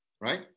Right